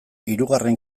hirugarren